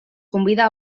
convida